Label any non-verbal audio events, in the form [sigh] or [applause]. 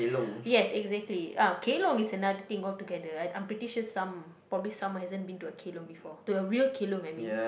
[breath] yes exactly kelong is another thing all together I'm pretty sure some probably some hasn't been to a kelong before to a real kelong I mean